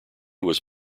was